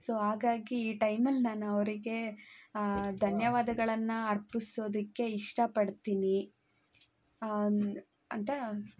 so ಹಾಗಾಗಿ ಈ ಟೈಮಲ್ಲಿ ನಾನು ಅವರಿಗೆ ಧನ್ಯವಾದಗಳನ್ನು ಅರ್ಪಿಸೋದಕ್ಕೆ ಇಷ್ಟ ಪಡ್ತೀನಿ ಅಂತ